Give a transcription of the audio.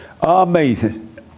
Amazing